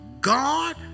God